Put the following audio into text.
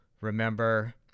remember